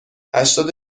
هشتاد